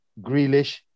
Grealish